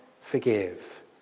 forgive